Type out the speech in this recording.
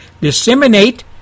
disseminate